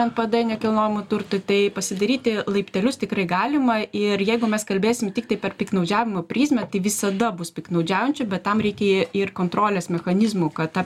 npd nekilnojamui turtui tai pasidaryti laiptelius tikrai galima ir jeigu mes kalbėsim tiktai per piktnaudžiavimo prizmę tai visada bus piktnaudžiaujančių bet tam reikia ir kontrolės mechanizmų kad tą